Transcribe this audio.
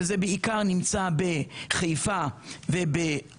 שזה בעיקר נמצא בחיפה ובאשקלון,